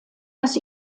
das